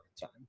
time